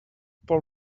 paul